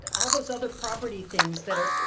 all those other property things that are,